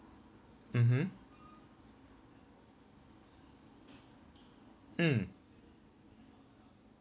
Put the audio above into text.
mmhmm mm